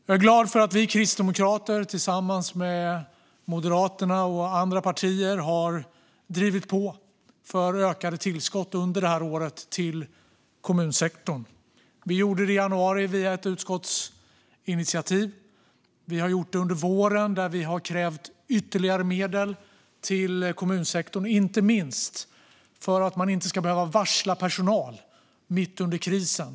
Jag är glad för att vi kristdemokrater tillsammans med Moderaterna och andra partier under det här året har drivit på för ökade tillskott till kommunsektorn. Vi gjorde det i januari via ett utskottsinitiativ, och vi gjorde det under våren då vi krävde ytterligare medel till kommunsektorn, inte minst för att man inte ska behöva varsla personal mitt under krisen.